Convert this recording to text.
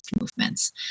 movements